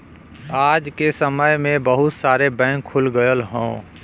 आज के समय में बहुत सारे बैंक खुल गयल हौ